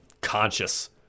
Conscious